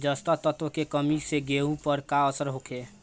जस्ता तत्व के कमी से गेंहू पर का असर होखे?